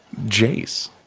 Jace